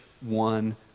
one